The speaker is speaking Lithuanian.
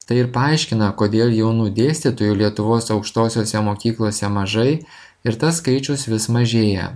tai ir paaiškina kodėl jaunų dėstytojų lietuvos aukštosiose mokyklose mažai ir tas skaičius vis mažėja